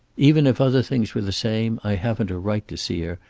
even if other things were the same i haven't a right to see her,